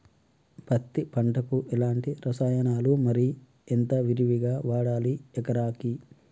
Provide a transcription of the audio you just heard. పత్తి పంటకు ఎలాంటి రసాయనాలు మరి ఎంత విరివిగా వాడాలి ఎకరాకి?